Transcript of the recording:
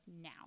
now